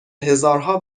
هزارها